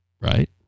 right